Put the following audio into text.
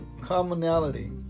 commonality